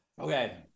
Okay